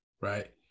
Right